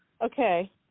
Okay